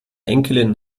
enkelin